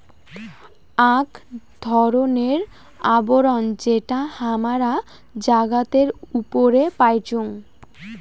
আক ধরণের আবরণ যেটা হামরা জাগাতের উপরে পাইচুং